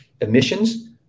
emissions